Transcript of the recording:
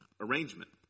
arrangement